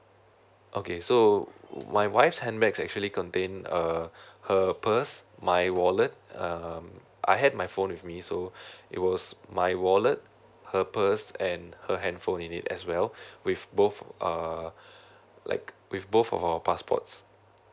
okay so my wife's handbags actually contain uh her purse my wallet um I had my phone with me so it was my wallet her purse and her handphone in it as well with both uh like with both of our passports